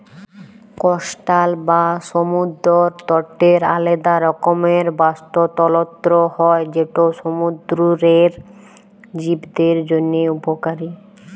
coastal বা সমুদ্দর তটের আলেদা রকমের বাস্তুতলত্র হ্যয় যেট সমুদ্দুরের জীবদের জ্যনহে উপকারী